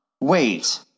Wait